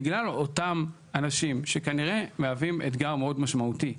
בגלל אותם אנשים שכנראה מהווים אתגר מאוד משמעותי,